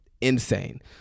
insane